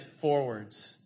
forwards